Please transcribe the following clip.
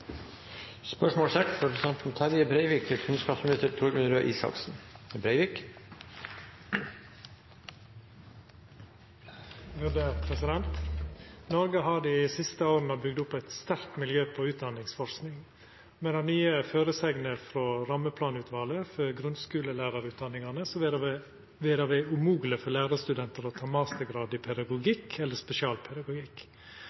har dei siste ti åra bygd opp eit sterkt miljø på utdanningsforsking. Med den nye forskrifta frå rammeplanutvalet for grunnskulelærarutdanningane vil det vere umogeleg for lærarstudentar å ta mastergrad i